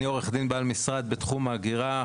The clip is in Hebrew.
אני עורך דין בעל משרד בתחום ההגירה,